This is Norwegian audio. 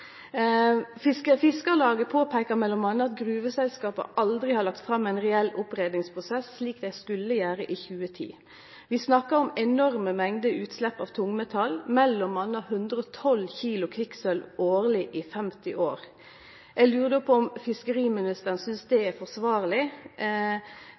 Fiskarlaget påpeikar m.a. at gruveselskapet aldri har lagt fram ein reell oppryddingsprosess, slik dei skulle gjere i 2010. Vi snakkar om enorme mengder utslepp av tungmetall, m.a. 112 kg kvikksølv årleg i 50 år. Eg lurer på om fiskeriministeren synest det